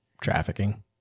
Trafficking